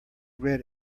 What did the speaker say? red